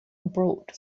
abroad